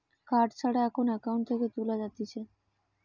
card ছাড়া এখন account থেকে তুলে যাতিছে